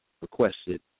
requested